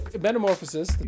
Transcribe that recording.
Metamorphosis